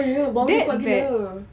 for real bau dia kuat gila